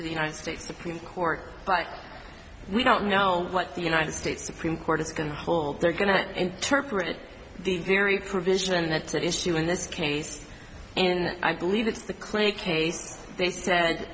the united states supreme court but we don't know what the united states supreme court is going to hold they're going to interpret the very provision that's at issue in this case and i believe that's the clay case they said